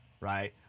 right